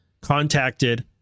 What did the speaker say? contacted